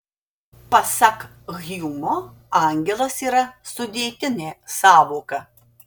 pasak hjumo angelas yra sudėtinė sąvoka